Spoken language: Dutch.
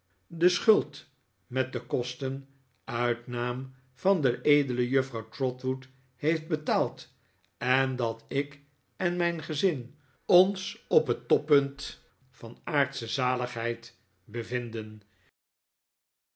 de schuld met de kosten uit naam van de edele juffrouw trotwood heeft betaald en dat ik en mijn gezin ons op het toppunt van aardsche zaligheid